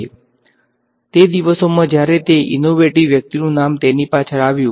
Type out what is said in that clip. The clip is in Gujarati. તેથી તે દિવસોમાં જ્યારે તે ઈનોવેટીવ વ્યક્તિનુ નામ તેની પાછળ આવ્યુ